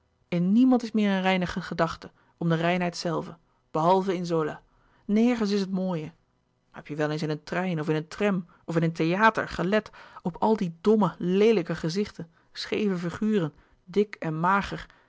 in niemand is meer een reine gedachte om de reinheid zelve behalve in zola nergens is het mooie heb je wel eens in een trein of in een tram of in een theater gelet op al die domme leelijke gezichten scheeve figuren dik en mager